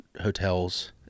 hotels